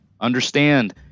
understand